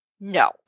no